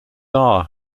are